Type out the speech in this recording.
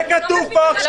זה כתוב פה עכשיו.